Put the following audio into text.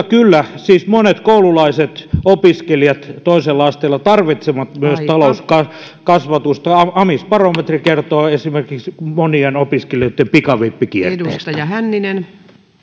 kyllä siis monet koululaiset opiskelijat toisella asteella tarvitsevat myös talouskasvatusta amisbarometri kertoo esimerkiksi monien opiskelijoitten pikavippikierteestä